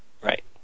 Right